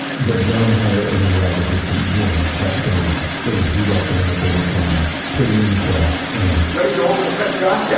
but john hyatt and his lab assistant, jim kept going. they'd heat up the nitrated cotton, put it in the press and, ready to open the press, john? yeah